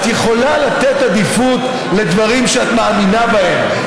את יכולה לתת עדיפות לדברים שאת מאמינה בהם,